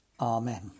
Amen